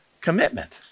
commitment